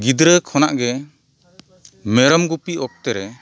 ᱜᱤᱫᱽᱨᱟᱹ ᱠᱷᱚᱱᱟᱜ ᱜᱮ ᱢᱮᱨᱚᱢ ᱜᱩᱯᱤ ᱚᱠᱛᱮ ᱨᱮ